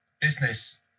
business